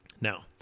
Now